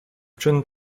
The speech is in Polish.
czyn